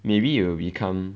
maybe it will become